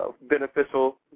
beneficial